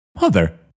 Mother